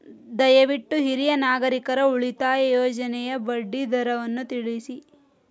ದಯವಿಟ್ಟು ಹಿರಿಯ ನಾಗರಿಕರ ಉಳಿತಾಯ ಯೋಜನೆಯ ಬಡ್ಡಿ ದರವನ್ನು ತಿಳಿಸಿ